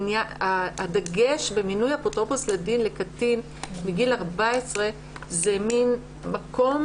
הדגש במינוי אפוטרופוס לדין לקטין מגיל 14 זה מין מקום